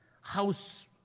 house